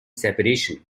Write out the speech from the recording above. separation